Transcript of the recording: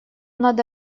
надо